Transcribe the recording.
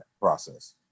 process